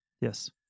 yes